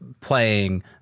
playing